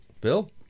Bill